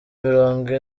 mirongo